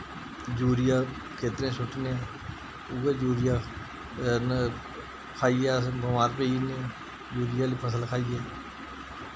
जुरिआ खेत्तरें सुट्टनें उऐ जुरिआ खाइयै अस बमार पेई ने जुरिआ आह्ली फसल खाइयै